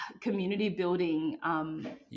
community-building